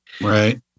Right